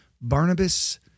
Barnabas